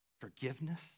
forgiveness